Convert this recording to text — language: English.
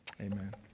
Amen